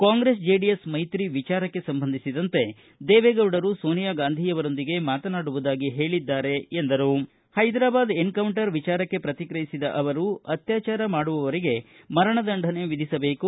Congress JDS ಮೈತ್ರಿ ವಿಚಾರಕ್ಕೆ ಸಂಬಂಧಿಸಿದಂತೆ ದೇವೇಗೌಡರು ಸೋನಿಯಾ ಗಾಂಧಿಯವರೊಂದಿಗೆ ಮಾತನಾಡುವುದಾಗಿ ಹೇಳಿದ್ದಾರೆ ಎಂದು ಹೇಳಿದರು ಹೈದ್ರಾಬಾದ್ ಎನ್ಕೌಂಟರ್ ವಿಚಾರಕ್ಕೆ ಪ್ರತಿಕ್ರಯಿಸಿದ ಅವರು ಅತ್ಡಾಚಾರ ಮಾಡುವವರಿಗೆ ಮರಣದಂಡನೆ ವಿಧಿಸಬೇಕು